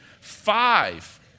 Five